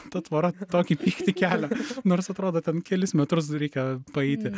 ta tvora tokį pyktį kelia nors atrodo ten kelis metrus reikia paeiti